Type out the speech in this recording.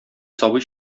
сабый